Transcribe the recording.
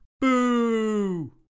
Boo